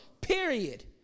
Period